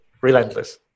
relentless